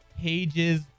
pages